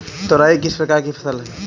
तोरई किस प्रकार की फसल है?